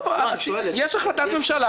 הנושא המשפטי.